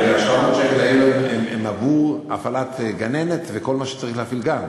אבל 700 השקלים האלה הם עבור הפעלת גננת וכל מה שצריך כדי להפעיל גן.